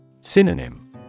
Synonym